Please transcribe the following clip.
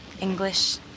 English